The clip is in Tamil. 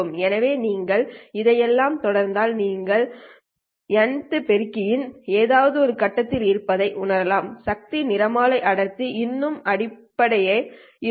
எனவே நீங்கள் இதையெல்லாம் தொடர்ந்தால் நீங்கள் Nth பெருக்கி இன் ஏதேனும் ஒரு கட்டத்தில் இருப்பதை உணர்ந்தால் சக்தி நிறமாலை அடர்த்தி இன்னும் அப்படியே இருக்கும்